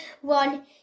one